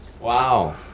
Wow